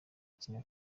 ikinga